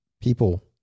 people